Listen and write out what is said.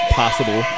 possible